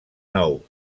nou